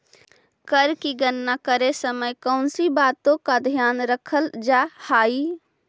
कर की गणना करे समय कौनसी बातों का ध्यान रखल जा हाई